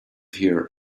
here